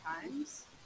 times